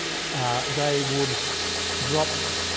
they would drop